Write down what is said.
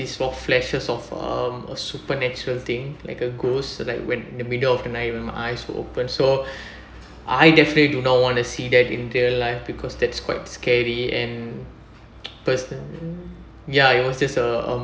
small flashes of a supernatural thing like a ghost like when in the middle of the night when my eyes will open so I definitely do not wanna see that in real life because that's quite scary and person ya it was just a um